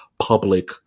public